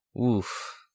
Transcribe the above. oof